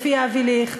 לפי אבי ליכט,